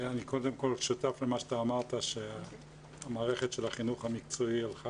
אני קודם כל שותף למה שאתה אמרת שהמערכת של החינוך המקצועי הלכה